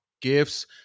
Gifts